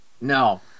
No